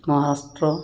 Maharashtra